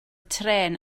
trên